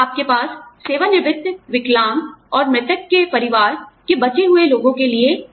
आपके पास सेवानिवृत्त विकलांग और मृतक के परिवार के बचे हुए लोगो के लिए आय है